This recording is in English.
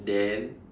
then